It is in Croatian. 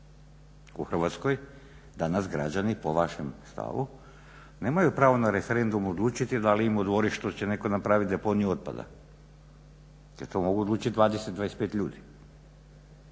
u Hrvatskoj? Danas građani po vašem stavu nemaju pravo na referendumu odlučiti da li će im u dvorištu netko napraviti deponiju otpada, … odlučiti 20, 25 ljudi.